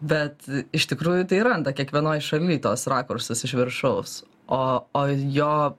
bet iš tikrųjų tai randa kiekvienoj šaly tuos rakursus iš viršaus o o jo